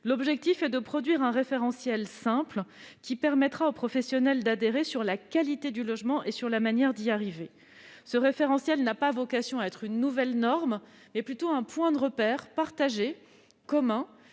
L'objectif est de produire un référentiel simple qui permettra aux professionnels de se mettre d'accord sur le niveau de qualité du logement et sur la manière d'y parvenir. Ce référentiel n'a pas vocation à être une nouvelle norme, mais plutôt un point de repère commun